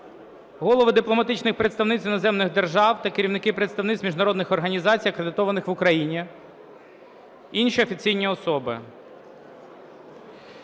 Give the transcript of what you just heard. Голови дипломатичних представництв іноземних держав та керівники представництв міжнародних організацій, акредитованих в Україні, інші офіційні особи.